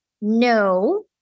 no